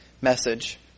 message